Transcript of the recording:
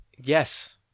Yes